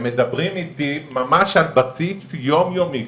הם מדברים איתי ממש על בסיס יומיומי,